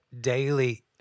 daily